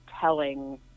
telling